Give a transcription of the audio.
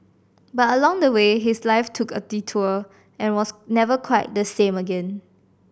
but along the way his life took a detour and was never quite the same again